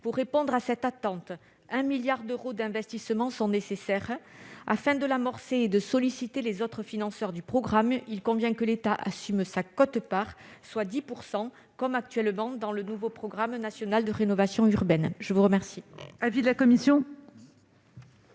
Pour répondre à cette attente, 1 milliard d'euros d'investissements sont nécessaires. Afin de les amorcer et de solliciter les autres financeurs du programme, il convient que l'État assume sa quote-part, qui s'élève à 10 %, comme actuellement dans le nouveau programme national de renouvellement urbain. Quel